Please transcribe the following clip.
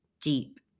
deep